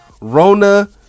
Rona